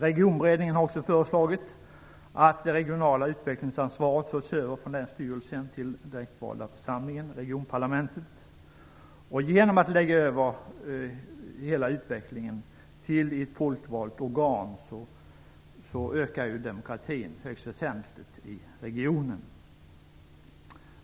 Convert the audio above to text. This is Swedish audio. Regionberedningen har också föreslagit att det regionala utvecklingsansvaret förs över från länsstyrelsen till den direktvalda församlingen, regionparlamentet. Genom att man lägger över hela utvecklingen till ett folkvalt organ ökar demokratin i regionen högst väsentligt.